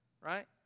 right